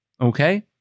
okay